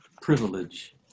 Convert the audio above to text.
privilege